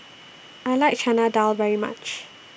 I like Chana Dal very much